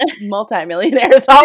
multimillionaires